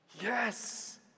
yes